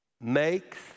makes